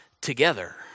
together